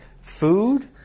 food